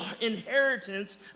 inheritance